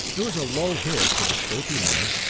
there was a low hiss of escaping air,